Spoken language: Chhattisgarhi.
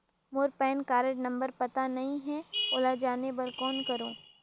मोर पैन कारड नंबर पता नहीं है, ओला जाने बर कौन करो?